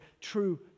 true